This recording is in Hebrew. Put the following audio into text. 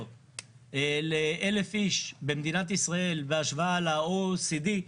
לאלף איש במדינת ישראל בהשוואה ל-OECD,